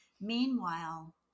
Meanwhile